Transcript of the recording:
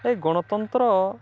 ଏ ଗଣତନ୍ତ୍ର